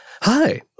Hi